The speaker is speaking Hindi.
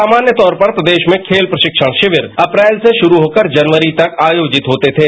सामान्य तौर पर प्रदेश में खेल प्रशिक्षण शिविर अप्रैल से शुरू होकर जनवरी तक आयोजित होते थे